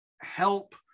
help